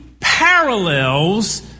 parallels